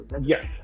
Yes